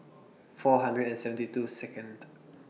four hundred and seventy two Second